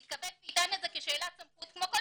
יתכבד ויטען את זה כשאלת סמכות כמו כל